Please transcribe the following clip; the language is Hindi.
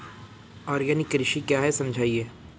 आर्गेनिक कृषि क्या है समझाइए?